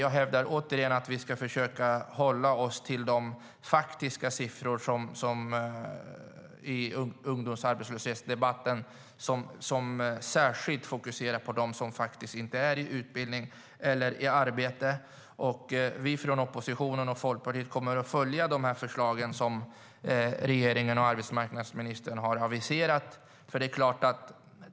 Jag hävdar återigen att vi i ungdomsarbetslöshetsdebatten ska försöka hålla oss till de faktiska siffror som särskilt fokuserar på de som inte är i utbildning eller i arbete. Oppositionen och Folkpartiet kommer att följa de förslag som regeringen och arbetsmarknadsministern har aviserat.